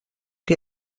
que